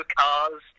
cars